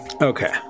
Okay